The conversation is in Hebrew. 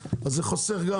אז זה חוסך.